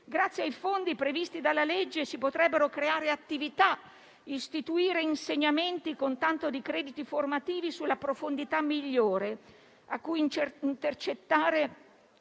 Grazie ai fondi previsti dalla legge si potrebbero creare attività e istituire insegnamenti, con tanto di crediti formativi, sulla profondità migliore a cui sotterrare